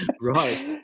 right